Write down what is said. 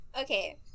Okay